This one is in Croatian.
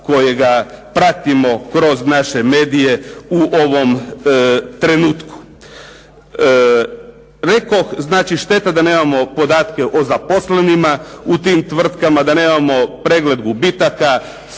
kojega pratimo kroz naše medije u ovom trenutku. Rekoh šteta da nemamo podatke o zaposlenima u tim tvrtkama, da nemamo pregled gubitaka,